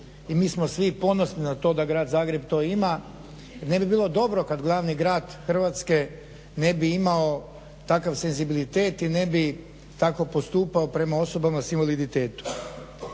i mi smo svi ponosni na to da Grad Zagreb to ima. Ne bi bilo dobro kad glavni grad Hrvatske ne bi imao takav senzibilitet i ne bi tako postupao prema osobama s invaliditetom.